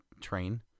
train